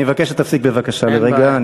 אני מבקש שתפסיק בבקשה לרגע.